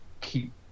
keep